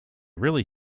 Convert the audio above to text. really